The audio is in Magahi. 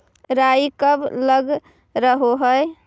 राई कब लग रहे है?